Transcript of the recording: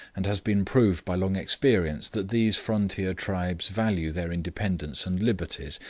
and has been proved by long experience, that these frontier tribes value their independence and liberties,